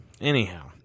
Anyhow